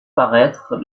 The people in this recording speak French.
paraître